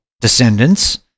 descendants